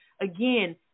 Again